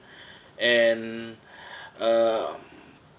and uh